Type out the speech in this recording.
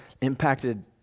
impacted